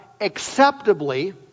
acceptably